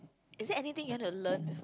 is there anything you want to learn